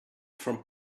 from